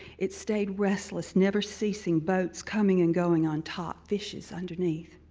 it stayed restless, never ceasing, boats coming and going on top, fishes underneath.